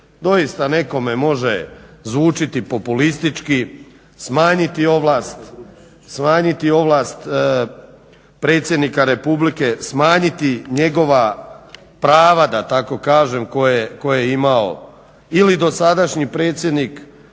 doista nekome može zvučiti populistički, smanjiti ovlast predsjednika Republike, smanjiti njegova prava da tako kažem koje je imao ili dosadašnji predsjednik